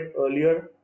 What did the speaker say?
earlier